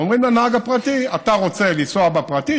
אומרים לנהג הפרטי: אתה רוצה לנסוע בפרטי?